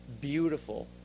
beautiful